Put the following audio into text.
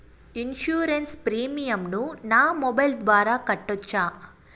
Insurance premium ను నా mobile ద్వారా కట్టొచ్చా?